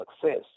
success